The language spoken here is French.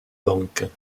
banques